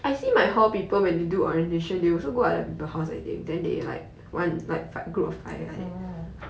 orh